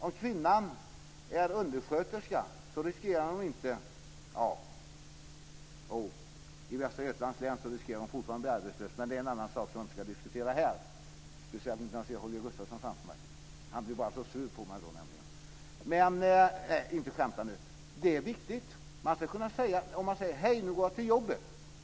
Om kvinnan är undersköterska riskerar hon inte att bli arbetslös - jo, i Västra Götalands län riskerar hon fortfarande att bli arbetslös, men det är en annan fråga som jag inte ska diskutera här. Det är viktigt. Nu kan man säga: Hej, nu går jag till jobbet.